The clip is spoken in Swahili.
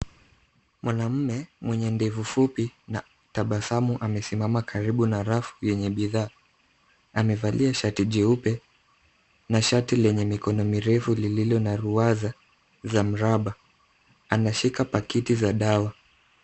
Mwanamume mwenye ndevu fupi na tabasamu amesimama karibu na rafu yenye bidhaa. Amevalia shati jeupe na shati lenye mikono mirefu lililo na ruwaza za mraba. Anashika pakiti za dawa.